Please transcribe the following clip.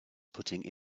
putting